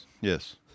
yes